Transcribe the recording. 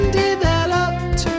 developed